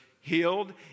healed